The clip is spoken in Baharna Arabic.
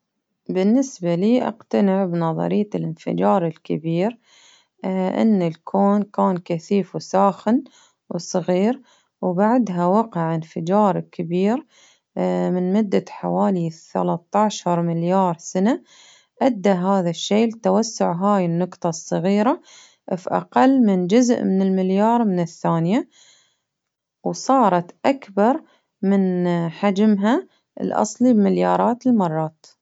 بالنسبة لي اقتنع بنظرية الإنفجار الكبير، إن الكون كان كثيف وساخن وصغير، وبعدها وقع إنفجار كبير من مدة حوالي ثلاثة عشر مليار سنة، أدى هذا الشيء لتوسع هاي النقطة الصغيرة، في أقل من جزء من المليار من الثانية، وصارت أكبر من حجمها الأصلي بمليارات المرات.